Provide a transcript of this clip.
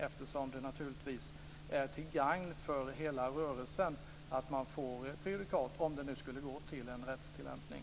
Det är ju naturligtvis till gagn för hela rörelsen att man får prejudikat om det nu skulle gå till en rättstillämpning.